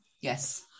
yes